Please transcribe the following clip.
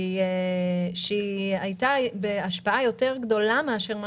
שהייתה בהשפעה גדולה יותר מאשר מה